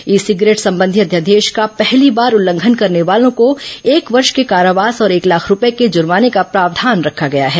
ई cigarette संबंधी अध्यादेश का पहली बार उल्लंघन करने वालों को एक वर्ष के कारावास और एक लाख रुपये के जुर्माने का प्रावधान रखा गया है